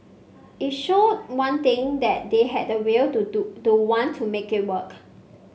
it showed one thing that they had the will to do to want to make it work